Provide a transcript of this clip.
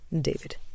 David